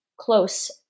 close